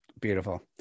Beautiful